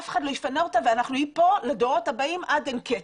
אף אחד לא יפנה אותה ואנחנו עם זה לדורות הבאים עד אין קץ.